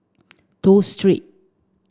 Toh Street